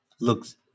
looks